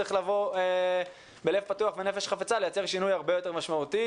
צריך לבוא בלב פתוח ובנפש חפצה כדי לייצר שינוי הרבה יותר משמעותי.